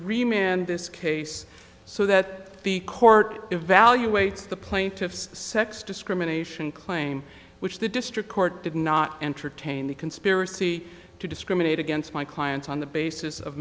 remain on this case so that the court evaluates the plaintiff's sex discrimination claim which the district court did not entertain the conspiracy to discriminate against my clients on the basis of